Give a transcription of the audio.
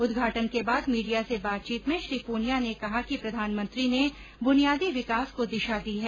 उदघाटन के बाद मीडिया से बातचीत में श्री पूनिया ने कहा कि प्रधानमंत्री ने बुनियादी विकास को दिषा दी है